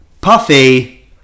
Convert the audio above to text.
Puffy